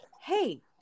Hey